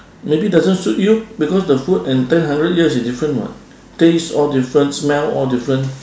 maybe doesn't suit you because the food and turn hundred years is different [what] taste all different smell all different